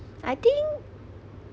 I think